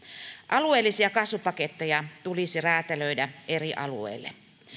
alueellisia kasvupaketteja tulisi räätälöidä eri alueille